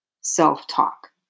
self-talk